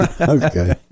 Okay